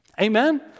Amen